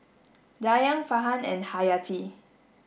Dayang Farhan and Hayati